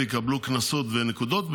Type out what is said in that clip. ויקבלו קנסות ונקודות,